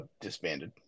disbanded